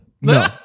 No